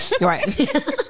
Right